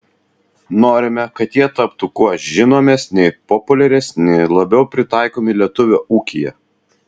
norime kad jie taptų kuo žinomesni populiaresni labiau pritaikomi lietuvio ūkyje